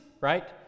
right